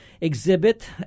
Exhibit